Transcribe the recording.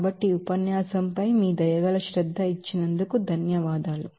కాబట్టి ఉపన్యాసం పై మీ శ్రద్ధకు ధన్యవాదాలు